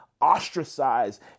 ostracized